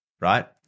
right